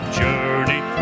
journey